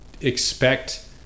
expect